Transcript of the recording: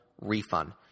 refund